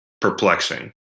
perplexing